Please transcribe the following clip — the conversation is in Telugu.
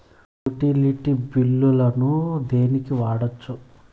యుటిలిటీ బిల్లులను దేనికి వాడొచ్చు?